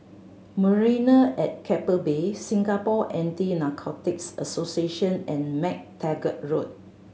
Marina at Keppel Bay Singapore Anti Narcotics Association and MacTaggart Road